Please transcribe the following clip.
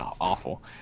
awful